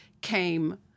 came